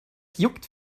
juckt